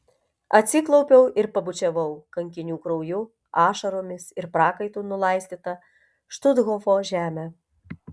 atsiklaupiau ir pabučiavau kankinių krauju ašaromis ir prakaitu nulaistytą štuthofo žemę